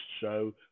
show